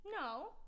No